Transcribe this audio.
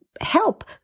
help